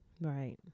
Right